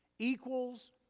equals